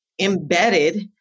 embedded